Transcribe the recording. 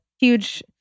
huge